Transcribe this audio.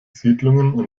siedlungen